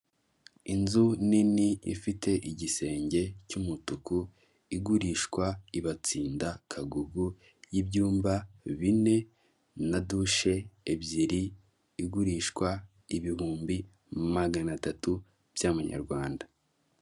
Inzu nini ifite igisenge cy'umutuku igurishwa i Batsinda-Kagugu y'ibyumba bine na dushe ebyiri, igurishwa ibihumbi magana atatu by'amanyarwanda.